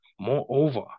Moreover